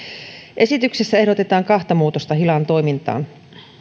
esityksessä ehdotetaan kahta muutosta hilan toimintaan